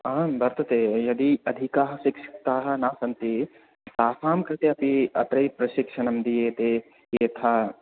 आं वर्तते यदि अधिकाः शिक्षिताः न सन्ति तासां कृते अपि अत्रैव प्रशिक्षणं दीयते यथा